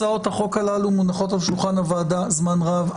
הצעות החוק הללו מונחות על שולחן הוועדה זמן רב.